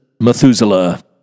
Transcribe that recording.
Methuselah